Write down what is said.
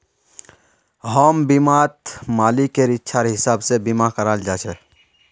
home बीमात मालिकेर इच्छार हिसाब से बीमा कराल जा छे